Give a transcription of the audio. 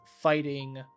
fighting